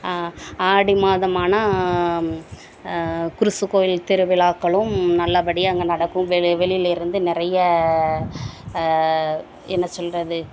ஆடி மாதம் ஆனால் குருசு கோயில் திருவிழாக்களும் நல்லபடியாக அங்கே நடக்கும் வெளி வெளியிலேருந்து நிறைய என்ன சொல்வது